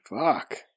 Fuck